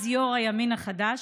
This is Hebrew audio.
אז יו"ר הימין החדש,